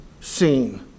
seen